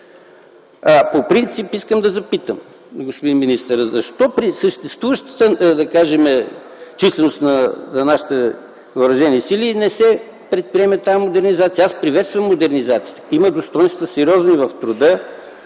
По принцип искам да запитам господин министъра: защо при съществуващата численост на нашите въоръжени сили не се предприеме тази модернизация? Аз приветствам модернизацията. Има сериозни достойнства в труда,